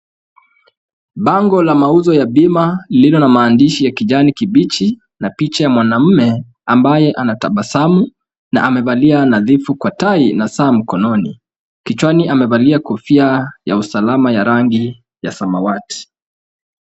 Bango la mauzo Ya bima lililo na maandishi ya kijani kibichi na picha ya mwanaume ambaye anatabasamu na amevalia nadhifu kwa tai na saa mkononi. Kichwani amevalia kofia ya usalama ya rangi ya samawati.